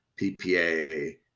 ppa